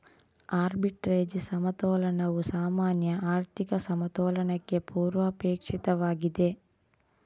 arbitrage ಸಮತೋಲನವು ಸಾಮಾನ್ಯ ಆರ್ಥಿಕ ಸಮತೋಲನಕ್ಕೆ ಪೂರ್ವಾಪೇಕ್ಷಿತವಾಗಿದೆ